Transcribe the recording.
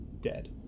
dead